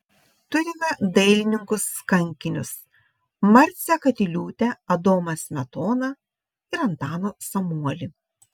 turime dailininkus kankinius marcę katiliūtę adomą smetoną ir antaną samuolį